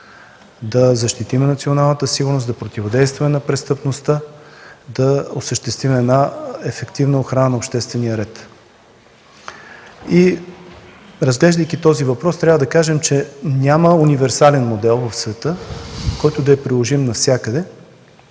да защитим националната сигурност, да противодействаме на престъпността, да осъществим ефективна охрана на обществения ред. Разглеждайки този въпрос, трябва да кажем, че няма универсален модел в света, който да е приложим навсякъде